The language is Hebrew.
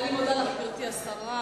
אני מודה לך, גברתי השרה.